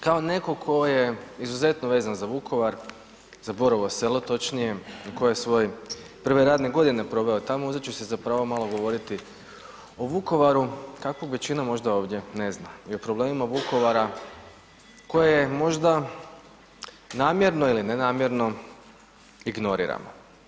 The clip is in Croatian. Kao neko ko je izuzetno vezan za Vukovar, za Borovo Selo točnije tko je svoje prve radne godine proveo tamo uzet ću si za pravo malo govoriti o Vukovaru kakvog većina ovdje možda ne zna i o problemima Vukovara koje možda namjerno ili ne namjerno ignoriramo.